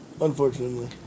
Unfortunately